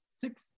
six